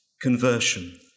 conversion